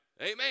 Amen